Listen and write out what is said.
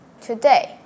Today